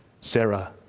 Sarah